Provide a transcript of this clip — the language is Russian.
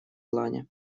плане